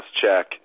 check